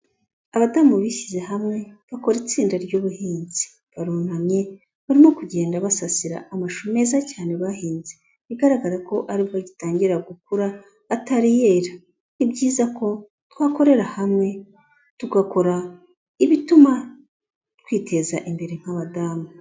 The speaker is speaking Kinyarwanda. Abadamu bishyize hamwe bakora itsinda ry'ubuhinzi, barunamye, barimo kugenda basasira amashusho meza cyane bahinze. Bigaragara ko aribwo agitangira gukura, atari yera. Ni ibyiza ko twakorera hamwe, tugakora ibituma twiteza imbere nk'abadamu.